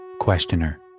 Questioner